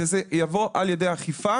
וזה יבוא על ידי אכיפה.